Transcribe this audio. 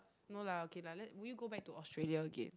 no lah okay lah let~ would you go back to Australia again